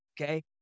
okay